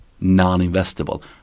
non-investable